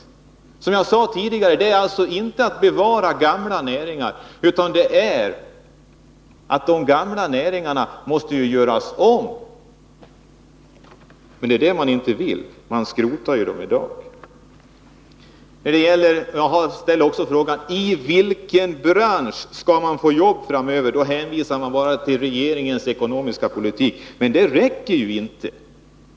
Vi skall, som jag sade tidigare, inte bevara gamla näringar utan vi skall göra om dem. Men det är detta som man inte vill — man skrotar dem i dag. Jag ställde också frågan: I vilken bransch skall man få jobb framöver? Då hänvisar man bara till regeringens ekonomiska politik. Men det räcker inte.